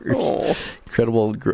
Incredible